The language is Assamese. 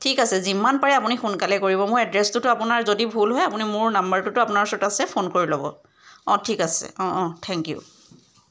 ঠিক আছে যিমান পাৰে আপুনি সোনকালে কৰিব মোৰ এড্ৰেছটোতো আপোনাৰ যদি ভুল হয় আপুনি মোৰ নাম্বাৰটোতো আপোনাৰ ওচৰত আছে ফোন কৰি ল'ব অঁ ঠিক আছে অঁ অঁ থ্যেংক ইউ